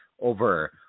over